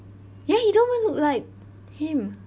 ya he don't even look like him